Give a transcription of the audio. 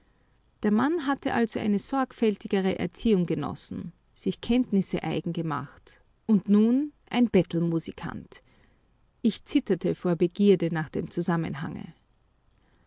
der mann hatte also eine sorgfältigere erziehung genossen sich kenntnisse eigen gemacht und nun ein bettelmusikant ich zitterte vor begierde nach dem zusammenhange